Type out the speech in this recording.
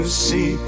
see